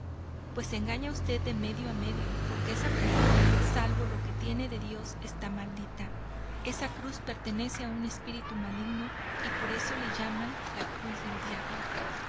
se engaña usted de medio a medio porque esa cruz salvo lo que tiene de dios esta maldita esa cruz pertenece a un espíritu maligno y por eso la llaman la cruz del diablo